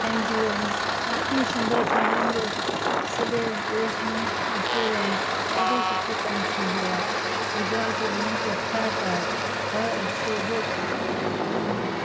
ठाहींदियूं आहिनि ऐं हेॾी सुंदरु ठाहींदियूं आहिनि जो सॼे देश में मशहूरु आहिनि ॾाढो सुठो कमु थींदो आहे गुजरात में प्रख्यात आहे हर सूरत माना